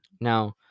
Now